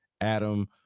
Adam